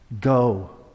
go